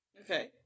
Okay